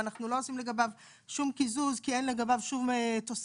אנחנו לא עושים לגביו שום קיזוז כי אין לגביו שום תוספת,